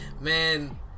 Man